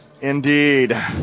Indeed